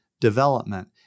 development